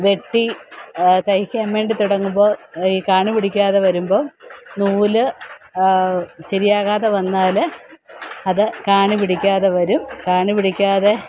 വെട്ടി തയ്ക്കാൻവേണ്ടി തുടങ്ങുമ്പോൾ ഈ കാണിപിടിക്കാതെ വരുമ്പം നൂൽ ശരിയാകാതെ വന്നാൽ അത് കാണിപിടിക്കാതെ വരും കാണിപിടിക്കാതെ